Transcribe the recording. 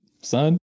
son